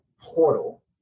portal